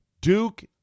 Duke